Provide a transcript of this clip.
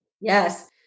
Yes